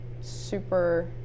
super –